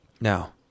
Now